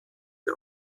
der